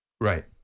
Right